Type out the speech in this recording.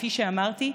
כפי שאמרתי.